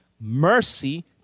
mercy